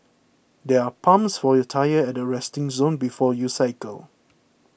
there are pumps for your tyres at the resting zone before you cycle